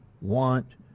want